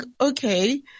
okay